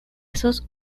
esos